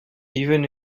even